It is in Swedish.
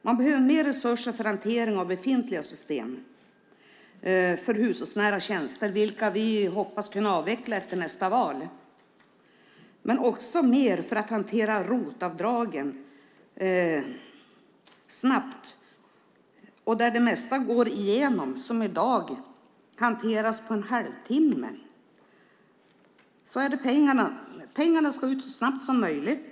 Man behöver mer resurser för hantering av befintliga system för hushållsnära tjänster, vilka vi hoppas kunna avveckla efter nästa val. Men det behövs också mer för att hantera ROT-avdragen snabbt. Det mesta som i dag hanteras på en halvtimme går igenom. Pengarna ska ut så snabbt som möjligt.